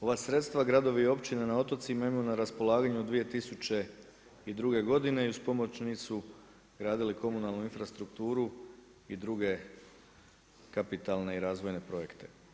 Ova sredstva gradovi i općine na otocima imaju na raspolaganju od 2002. godine i uz pomoć njih su gradili komunalnu infrastrukturu i druge kapitalne i razvojne projekte.